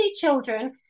children